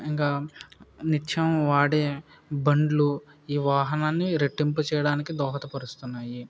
ఇంకా నిత్యం వాడే బండ్లు ఈ వాహనాన్ని రెట్టింపు చేయడానికి దోహదపరుస్తున్నాయి